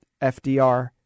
FDR